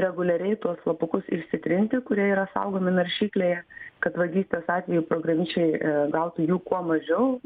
reguliariai tuos slapukus išsitrinti kurie yra saugomi naršyklėje kad vagystės atveju programišiai gautų jų kuo mažiau